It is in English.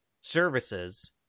services